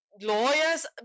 lawyers